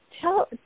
Tell